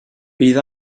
bydd